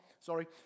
Sorry